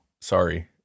sorry